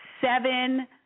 seven